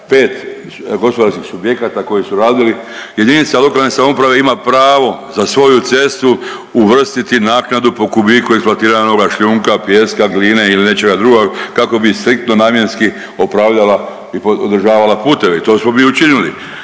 pet gospodarskih subjekata koji su radili. Jedinca lokalne samouprave ima pravo za svoju cestu uvrstiti naknadu po kubiku eksploatiranoga šljunka, pijeska, gline ili nečega drugoga kako bi striktno, namjenski upravljala i održavala puteve. I to smo mi učinili.